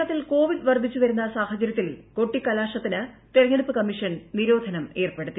കേരളത്തിൽ കോവിഡ് വർദ്ധിച്ച് വരുന്ന സാഹചര്യത്തിൽ കൊട്ടിക്കലാശത്തിന് തെരഞ്ഞെടുപ്പ് കമ്മീഷൻ നിരോധനം ഏർപ്പെടുത്തി